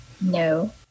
No